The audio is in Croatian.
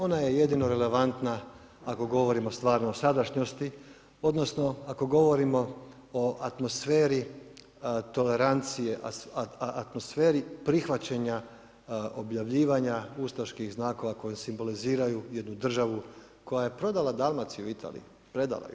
Ona je jedino relevantna ako govorimo stvarno o sadašnjosti, odnosno ako govorimo atmosferi tolerancije, atmosferi prihvaćanja, objavljivanja ustaških znakova koji simboliziraju jednu državu koja je prodala Dalmaciju Italiji, predala ju.